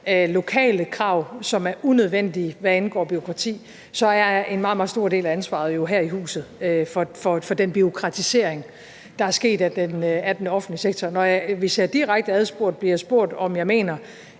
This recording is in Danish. kommunale krav, som er unødvendige, hvad angår bureaukrati, så ligger en meget, meget stor del af ansvaret her i huset for den bureaukratisering, der er sket af den offentlige sektor. Hvis jeg direkte adspurgt bliver spurgt, om jeg mener,